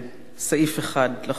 סעיף 1 לחוק המוצע.